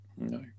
No